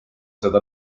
seda